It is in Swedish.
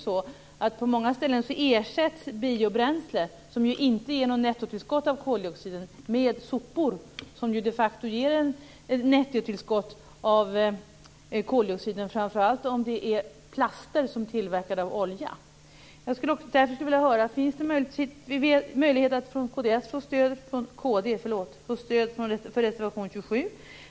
På många ställen ersätts ju biobränsle, som inte innebär något nettotillskott av koldioxid, med sopor, som de facto ger ett nettotillskott av koldioxid - framför allt om det rör sig om plaster som är tillverkade av olja. Därför skulle jag vilja höra: Finns det någon möjlighet att från kd få stöd för reservation 27?